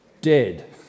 Dead